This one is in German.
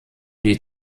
die